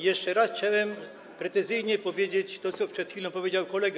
Jeszcze raz chciałem precyzyjnie powiedzieć to, co przed chwilą powiedział kolega.